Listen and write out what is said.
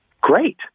great